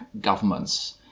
governments